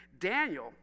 Daniel